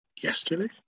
yesterday